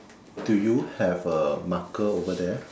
do you have a marker over there